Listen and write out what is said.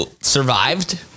survived